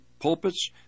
pulpits